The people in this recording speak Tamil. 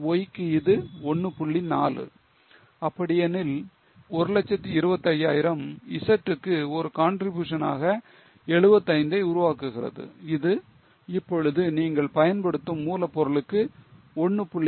4 அப்படி எனில் இதே125000 Z க்கு ஒரு contribution ஆக 75ஐ உருவாக்குகிறது இது இப்பொழுது நீங்கள் பயன்படுத்தும் மூலப் பொருளுக்கு 1